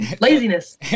laziness